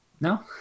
No